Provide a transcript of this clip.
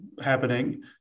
happening